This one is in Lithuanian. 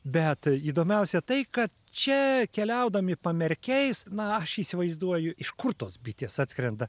bet įdomiausia tai kad čia keliaudami pamerkiais na aš įsivaizduoju iš kur tos bitės atskrenda